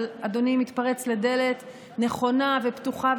אבל אדוני מתפרץ לדלת נכונה ופתוחה,